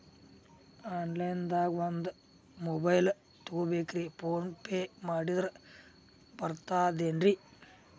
Online ದಾಗ ಒಂದ್ mobile ತಗೋಬೇಕ್ರಿ ಫೋನ್ ಪೇ ಮಾಡಿದ್ರ ಬರ್ತಾದೇನ್ರಿ?